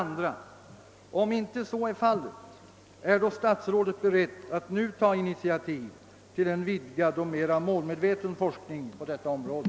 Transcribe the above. Om så icke är fallet, är då statsrådet beredd att nu ta initiativ till en vidgad och mera målmedveten forskning på detta område?